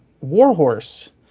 Warhorse